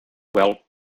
well